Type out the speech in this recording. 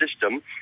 system